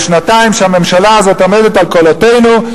שנתיים שהממשלה הזאת עומדת על קולותינו,